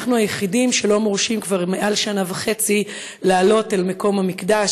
אנחנו היחידים שלא מורשים כבר מעל שנה וחצי לעלות אל מקום המקדש,